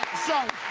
so